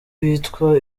bitwa